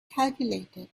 calculated